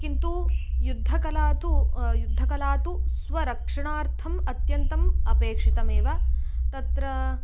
किन्तु युद्धकला तु युद्धकला तु स्वरक्षणार्थम् अत्यन्तम् अपेक्षितमेव तत्र